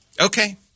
Okay